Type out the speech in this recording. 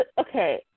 Okay